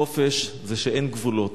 חופש זה שאין גבולות,